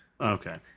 Okay